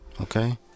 okay